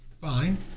fine